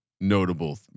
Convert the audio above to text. Notable